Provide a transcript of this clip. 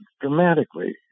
dramatically